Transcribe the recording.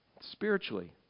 spiritually